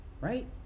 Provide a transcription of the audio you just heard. Right